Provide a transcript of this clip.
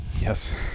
yes